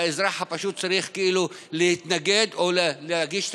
והאזרח הפשוט צריך להתנגד או להגיש את